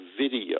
video